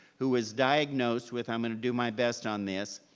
who was diagnosed with, i'm going to do my best on this,